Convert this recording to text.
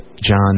John